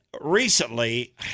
recently